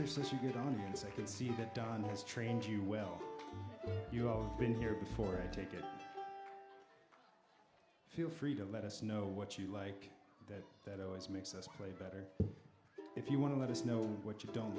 has trained you well you're been here before i take it feel free to let us know what you like that that always makes us play better if you want to let us know what you don't